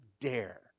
dare